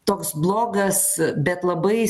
toks blogas bet labai